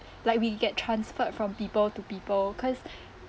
like we get transferred from people to people cause